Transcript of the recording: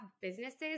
businesses